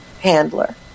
handler